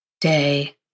day